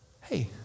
Hey